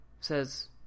says